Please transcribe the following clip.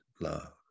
love